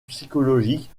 psychologique